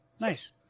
Nice